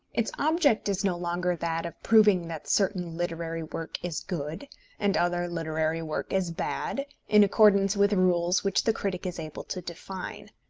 its object is no longer that of proving that certain literary work is good and other literary work is bad, in accordance with rules which the critic is able to define.